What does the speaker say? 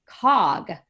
cog